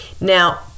Now